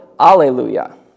alleluia